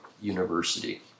University